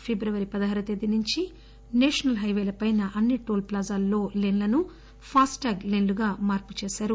ఫిబ్రవరి పదహారు వ తేదీ నుంచి నేషనల్ హైపేలపై అన్ని టోల్ ప్లాజాల్లో లేన్లను ఫాస్ట్టిగ్ లేన్లుగా మార్పు చేశారు